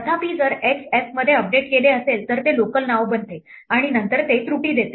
तथापि जर x f मध्ये अपडेट केले असेल तर ते लोकल नाव बनते आणि नंतर ते त्रुटी देते